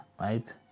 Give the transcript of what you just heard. right